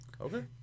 Okay